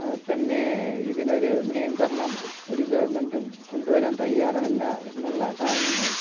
അത് തന്നെ ഇതിനൊരു നിയന്ത്രണം ഒരു ഗവൺമെൻറ്റും കൊണ്ടുവരാൻ തയ്യാറല്ല എന്നുള്ള കാരണങ്ങൾ